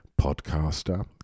podcaster